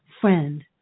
friend